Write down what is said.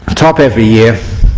top every year,